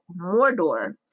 Mordor